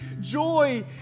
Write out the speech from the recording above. joy